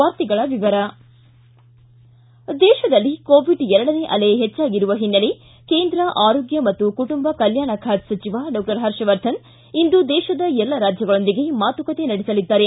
ವಾರ್ತೆಗಳ ವಿವರ ದೇಶದಲ್ಲಿ ಕೋವಿಡ್ ಎರಡನೇ ಅಲೆ ಹೆಚ್ಚಾಗಿರುವ ಹಿನ್ನೆಲೆ ಕೇಂದ್ರ ಆರೋಗ್ಯ ಮತ್ತು ಕುಟುಂಬ ಕಲ್ಕಾಣ ಖಾತೆ ಸಚಿವ ಡಾಕ್ಟರ್ ಹರ್ಷವರ್ಧನ ಇಂದು ದೇಶದ ಎಲ್ಲ ರಾಜ್ಯಗಳೊಂದಿಗೆ ಮಾತುಕತೆ ನಡೆಸಲಿದ್ದಾರೆ